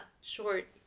short